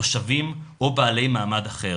תושבים או בעלי מעמד אחר.